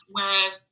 Whereas